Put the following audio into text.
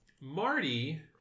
Marty